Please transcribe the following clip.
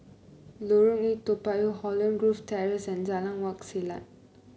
Lorong Eight Toa Payoh Holland Grove Terrace and Jalan Wak Selat